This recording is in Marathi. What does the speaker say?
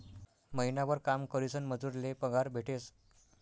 महिनाभर काम करीसन मजूर ले पगार भेटेस